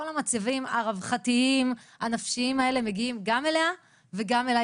כל המצבים הרווחתיים הנפשיים העלה מגיעים גם אליה וגם אלי